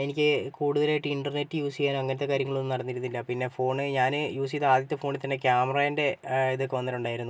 എനിക്ക് കൂടുതലായിട്ട് internet use ചെയ്യാനും അങ്ങനത്തെ കാര്യങ്ങളൊന്നും നടന്നിരുന്നില്ല പിന്നെ ഫോൺ ഞാൻ യൂസ് ചെയ്ത ആദ്യത്തെ ഫോണിൽ തന്നെ ക്യാമറേന്റെ ഇതൊക്കെ വന്നിട്ടുണ്ടായിരുന്നു